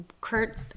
Kurt